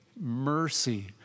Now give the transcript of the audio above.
mercy